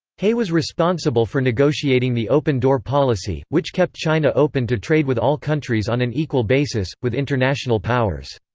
hay was responsible for negotiating the open door policy, which kept china open to trade with all countries on an equal basis, with international powers.